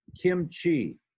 kimchi